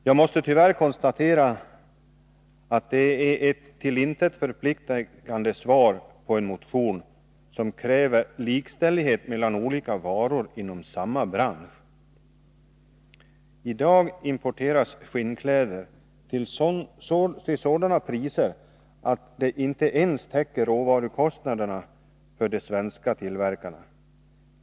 Jag måste tyvärr konstatera att det är ett till intet förpliktigande svar på en motion som kräver likställighet mellan olika varor inom samma bransch. I dag importeras skinnkläder till sådana priser att det inte ens motsvarar råvarukostnaderna för de svenska tillverkarna.